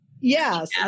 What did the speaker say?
Yes